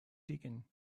digging